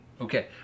Okay